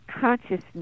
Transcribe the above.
consciousness